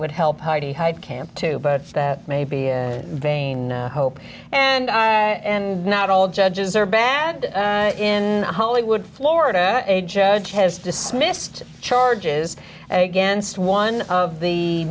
would help heidi heitkamp too but that may be a vain hope and and not all judges are bad in hollywood florida a judge has dismissed charges against one of the